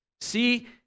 see